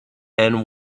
and